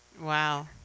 Wow